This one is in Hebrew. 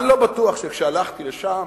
אני לא בטוח שכשהלכתי לשם